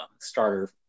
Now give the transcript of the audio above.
starter